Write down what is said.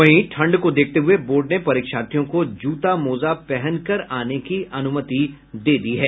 वहीं ठंड को देखते हुये बोर्ड ने परीक्षार्थियों को जूता मोजा पहनकर आने की अनुमति दी है